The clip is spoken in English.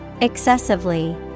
Excessively